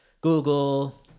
Google